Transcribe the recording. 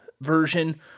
version